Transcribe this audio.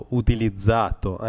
utilizzato